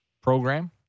program